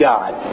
God